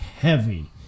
heavy